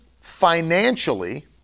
financially